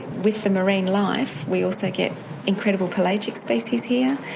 with the marine life we also get incredible pelagic species here,